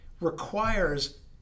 requires